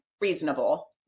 reasonable